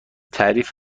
تعریف